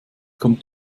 kommt